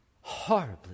horribly